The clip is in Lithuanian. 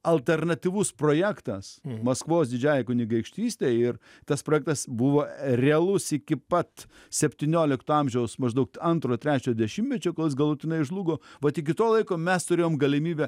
alternatyvus projektas maskvos didžiąja kunigaikštyste ir tas projektas buvo realus iki pat septyniolikto amžiaus maždaug antro trečio dešimtmečio kol jis galutinai žlugo vat iki to laiko mes turėjom galimybę